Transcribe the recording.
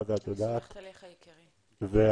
יושבת